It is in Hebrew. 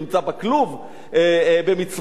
נמצא בכלוב במצרים,